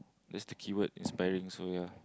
that's the keyword inspiring so